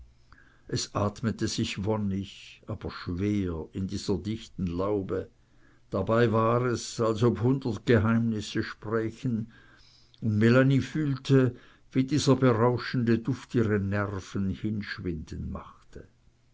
es atmete sich wonnig aber schwer in dieser dichten laube dabei war es als ob hundert geheimnisse sprächen und melanie fühlte wie dieser berauschende duft ihre nerven hinschwinden machte